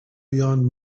beyond